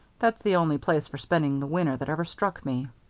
that's the only place for spending the winter that ever struck me.